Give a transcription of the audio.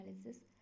analysis